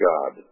God